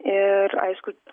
ir aišku